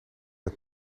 het